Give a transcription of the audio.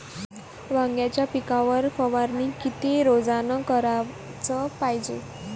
वांग्याच्या पिकावर फवारनी किती रोजानं कराच पायजे?